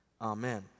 Amen